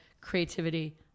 creativity